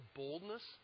boldness